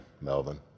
Melvin